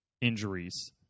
injuries